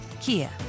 Kia